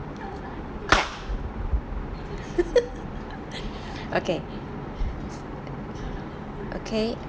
okay okay